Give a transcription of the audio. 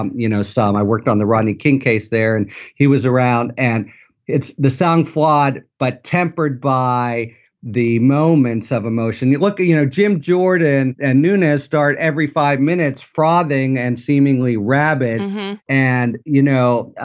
um you know, some i worked on the rodney king case there and he was around. and it's the sound quod, but tempered by the moments of emotion. you look at, you know, jim, jordan and nunez start every five minutes frogging and seemingly rabid and, you know,